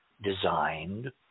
designed